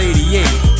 88